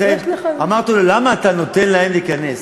יש לך עוד, אמרתי לו: למה אתה נותן להם להיכנס?